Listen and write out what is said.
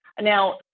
Now